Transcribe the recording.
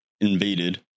Invaded